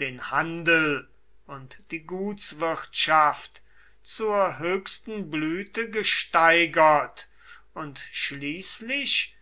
den handel und die gutswirtschaft zur höchsten blüte gesteigert und schließlich